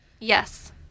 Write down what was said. Yes